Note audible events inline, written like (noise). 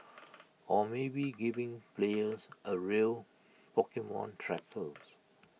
(noise) or maybe giving players A real Pokemon trackers